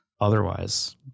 Otherwise